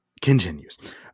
continues